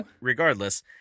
regardless